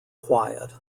quiet